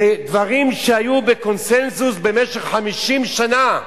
דברים שהיו בקונסנזוס במשך 50 שנה,